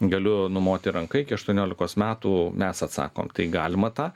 galiu numoti ranka iki aštuoniolikos metų mes atsakom tai galima tą